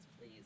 please